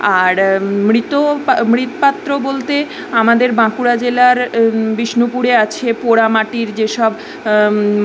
আর মৃত পা মৃৎপাত্র বলতে আমাদের বাঁকুড়া জেলার বিষ্ণুপুরে আছে পোড়ামাটির যে সব